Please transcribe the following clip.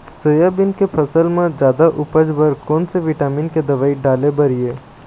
Soybean के फसल म जादा उपज बर कोन से विटामिन के दवई डाले बर ये?